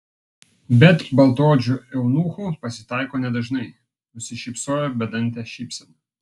bet baltaodžių eunuchų pasitaiko nedažnai nusišypsojo bedante šypsena